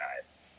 knives